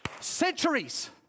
centuries